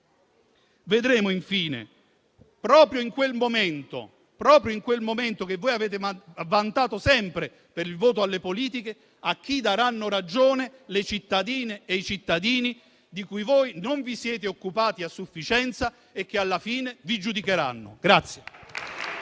vedremo infine, proprio in quel momento, dopo che avete vantato tante volte il voto alle politiche, a chi daranno ragione le cittadine e i cittadini di cui voi non vi siete occupati a sufficienza e che alla fine vi giudicheranno.